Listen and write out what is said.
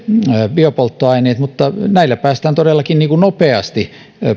biopolttoaineet ja näillä päästään todellakin nopeasti